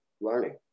learning